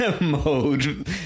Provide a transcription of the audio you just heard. mode